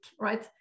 right